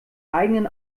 eigenen